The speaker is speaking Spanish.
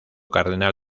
cardenal